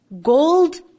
gold